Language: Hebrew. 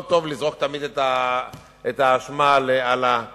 לא טוב לזרוק את האשמה על הממשלה,